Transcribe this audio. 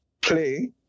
play